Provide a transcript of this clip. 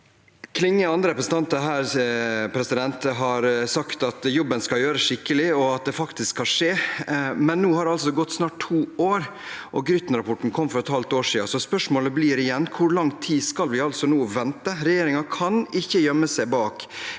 Klinge og andre representanter her har sagt at jobben skal gjøres skikkelig, og at det faktisk skal skje. Men nå har det altså gått snart to år, og Grytten-rapporten kom for et halvt år siden, så spørsmålet blir igjen: Hvor lang tid skal vi nå vente? Regjeringen kan ikke gjemme seg bak